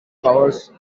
powers